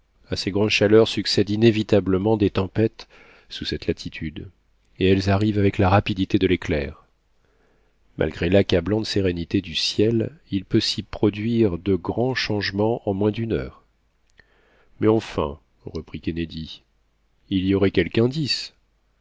à ces grandes chaleurs succèdent inévitablement des tempêtes sous cette latitude et elles arrivent avec la rapidité de l'éclair malgré l'accablante sérénité du ciel il peut s'y produire de grands changements en moins d'une heure mais enfin reprit kennedy il y aurait quelque